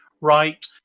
right